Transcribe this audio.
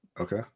okay